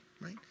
right